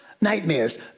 nightmares